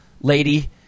lady